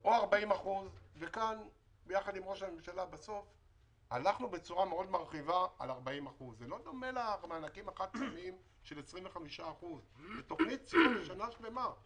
או 40%. יחד עם ראש הממשלה הלכנו בצורה מאוד מרחיבה על 40%. זה לא דומה למענקים החד-פעמיים של 25%. זאת תוכנית לשנה שלמה.